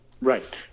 Right